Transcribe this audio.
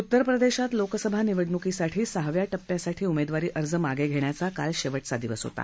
उत्तर प्रदेशात लोकसभा निवडणूकीसाठी सहाव्या टप्प्यासाठी उमेदवारी अर्ज मागे घेण्याचा काल शेवटचा दिवस होता